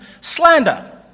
Slander